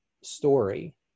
story